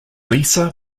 lisa